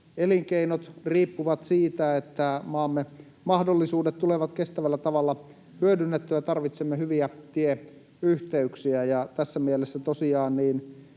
elinkeinot riippuvat siitä, että maamme mahdollisuudet tulevat kestävällä tavalla hyödynnettyä. Tarvitsemme hyviä tieyhteyksiä, ja tässä mielessä tosiaan